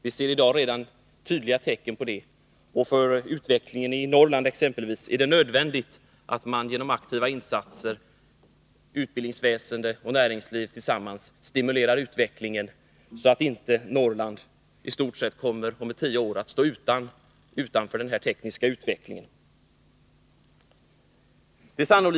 Vi ser redan nu tydliga tecken på detta. Därför är det nödvändigt att man genom aktiva insatser när det gäller utbildningsväsende och näringsliv stimulerar utvecklingen i exempelvis Norrland, så att inte Norrland om tio år i stort sett står vid sidan om denna tekniska utveckling. Herr talman!